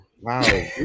Wow